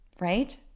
Right